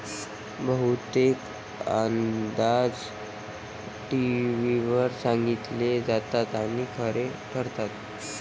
बहुतेक अंदाज टीव्हीवर सांगितले जातात आणि खरे ठरतात